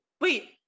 wait